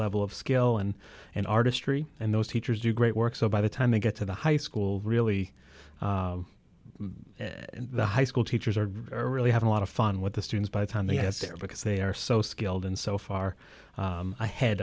level of skill and an artistry and those teachers do great work so by the time they get to the high school really the high school teachers are really having a lot of fun with the students by the time they have there because they are so skilled and so far ahead